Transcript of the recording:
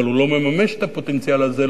אבל הוא לא מממש את הפוטנציאל הזה,